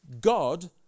God